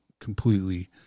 completely